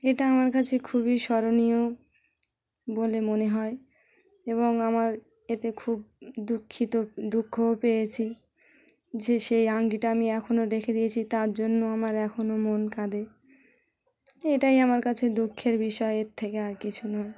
এটা আমার কাছে খুবই স্মরণীয় বলে মনে হয় এবং আমার এতে খুব দুঃখিত দুঃখও পেয়েছি যে সেই আংটিটা আমি এখনও রেখে দিয়েছি তার জন্য আমার এখনও মন কাঁদে এটাই আমার কাছে দুঃখের বিষয় এর থেকে আর কিছু নয়